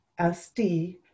SD